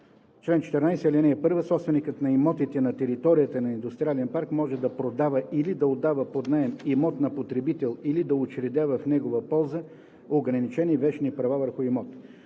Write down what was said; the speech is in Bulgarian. „Чл. 14. (1) Собственикът на имотите на територията на индустриален парк може да продава или да отдава под наем имот на потребител или да учредява в негова полза ограничени вещни права върху имот.